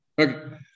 Okay